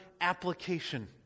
application